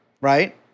right